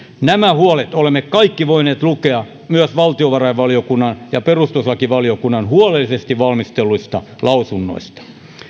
nämä huolet olemme kaikki voineet lukea myös valtiovarainvaliokunnan ja perustuslakivaliokunnan huolellisesti valmistelluista lausunnoista